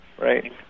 right